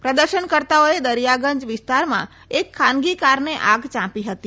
પ્રદર્શનકર્તાઓએ દરિયાગંજ વિસ્તારમાં એક ખાનગી કારને આગ ચાંપી હતી